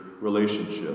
relationship